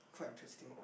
quite interesting